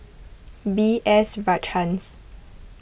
B S Rajhans